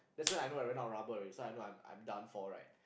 that's when I know I ran out of rubber already so I know I'm I'm done for right